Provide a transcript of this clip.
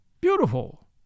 Beautiful